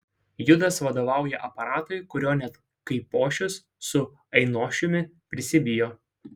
judas vadovauja aparatui kurio net kaipošius su ainošiumi prisibijo